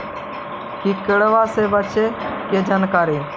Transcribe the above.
किड़बा से बचे के जानकारी?